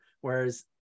Whereas